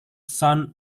son